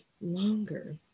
longer